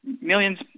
millions